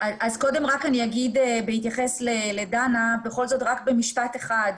אז קודם רק אני אגיד בהתייחס לדנה, רק במשפט אחד.